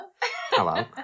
Hello